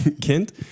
Kent